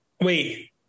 Wait